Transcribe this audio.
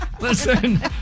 Listen